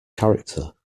character